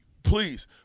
Please